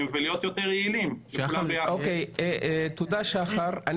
בנוגע לתוכנית --- דיור ששחר הציג,